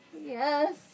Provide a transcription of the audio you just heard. Yes